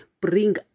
bring